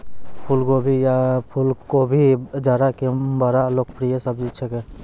फुलगोभी या फुलकोबी जाड़ा के बड़ा लोकप्रिय सब्जी छेकै